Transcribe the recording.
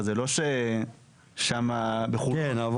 כן.